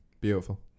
beautiful